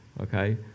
Okay